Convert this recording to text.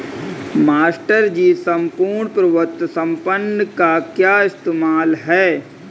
Master ji सम्पूर्ण प्रभुत्व संपन्न का क्या इस्तेमाल है?